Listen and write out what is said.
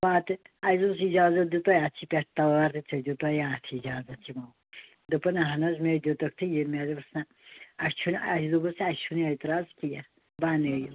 پَتہٕ اسہِ دوٚپُس اِجازَت دِیٛتہویَہ اَتھ چھِ پٮ۪ٹھہٕ تار تہٕ ژےٚ دیٛتہویَہ اَتھ اِجازَت یِمو دوٚپُن اہن حظ مےٚ دیٛوتُکھ تہٕ یہِ مےٚ دوٚپُس نَہ اسہِ چھُنہٕ اسہِ دوٚپُس اسہِ چھُنہٕ اعتراز کیٚنٛہہ بَنٲیِیُو